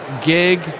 gig